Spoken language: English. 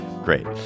Great